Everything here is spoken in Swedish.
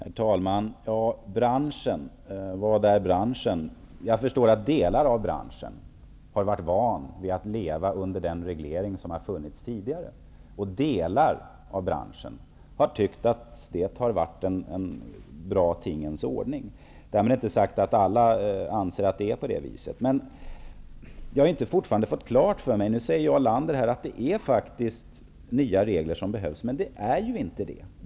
Herr talman! Ja, vad är branschen? Jag förstår att delar av branschen har varit vana vid att leva under den reglering som har funnits tidigare och har tyckt att den representerat en bra tingens ordning. Därmed är inte sagt att alla anser detta. Nu säger Jarl Lander att det behövs nya regler, men det är inte så.